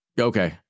okay